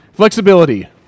Flexibility